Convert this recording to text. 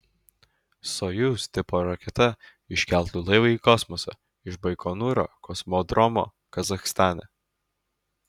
sojuz tipo raketa iškeltų laivą į kosmosą iš baikonūro kosmodromo kazachstane